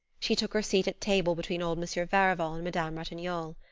she took her seat at table between old monsieur farival and madame ratignolle.